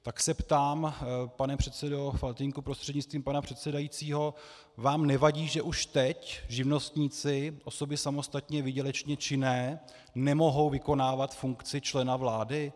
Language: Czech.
Tak se ptám, pane předsedo Faltýnku prostřednictvím pana předsedajícího: vám nevadí, že už teď živnostníci, osoby samostatně výdělečně činné, nemohou vykonávat funkci člena vlády?